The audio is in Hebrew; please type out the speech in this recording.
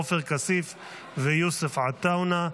עופר כסיף ויוסף עטאונה,